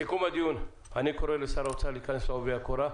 סיכום הדיון: אני קורא לשר האוצר להיכנס לעובי הקורה,